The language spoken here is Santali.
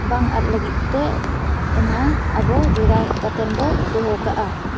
ᱵᱟᱝ ᱟᱫ ᱞᱟᱹᱜᱤᱫ ᱛᱮ ᱚᱱᱟ ᱟᱵᱚ ᱡᱚᱜᱟᱣ ᱠᱟᱛᱮᱱ ᱵᱚ ᱫᱚᱦᱚ ᱠᱟᱜᱼᱟ